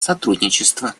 сотрудничества